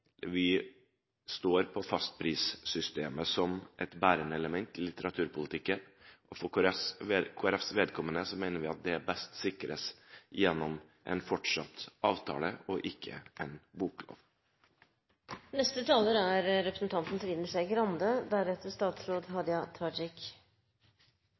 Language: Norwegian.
vi står på fastprissystemet som et bærende element i litteraturpolitikken, og for Kristelig Folkepartis vedkommende mener vi at det sikres best gjennom en fortsatt avtale og ikke en